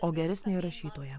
o geresnė rašytoja